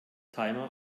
timer